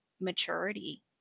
maturity